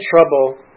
trouble